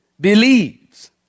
believes